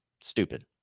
Stupid